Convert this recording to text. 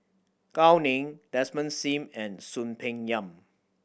Gao Ning Desmond Sim and Soon Peng Yam